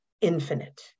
infinite